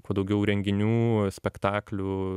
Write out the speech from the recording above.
kuo daugiau renginių spektaklių